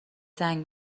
زنگ